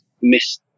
miss